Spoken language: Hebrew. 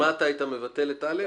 אז אתה היית מבטל את (א)?